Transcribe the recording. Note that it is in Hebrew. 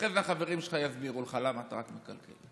אחרי זה החברים שלך יסבירו לך למה אתה רק מקלקל.